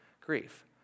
grief